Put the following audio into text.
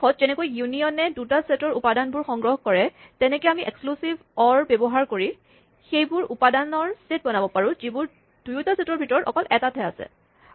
শেষত যেনেকৈ ইউনিয়নে দুয়োটা ছেটৰ উপাদানবোৰ সংগ্ৰহ কৰে তেনেকে আমি এক্সক্লুছিভ অৰ ব্যৱহাৰ কৰি সেইবোৰ উপাদানৰ ছেট বনাব পাৰোঁ যিবোৰ দুয়োটা ছেটৰ ভিতৰত অকল এটাতহে থাকে